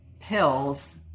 pills